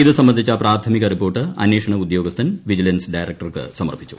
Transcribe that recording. ഇത് സംബന്ധിച്ച പ്രാഥമിക റിപ്പോർട്ട് അന്വേഷണ ഉദ്യോഗസ്ഥൻ വിജിലൻസ് ഡയറക്ടർക്ക് സമർപ്പിച്ചു